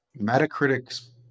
Metacritic's